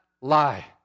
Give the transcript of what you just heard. lie